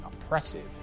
oppressive